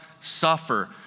suffer